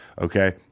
okay